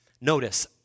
Notice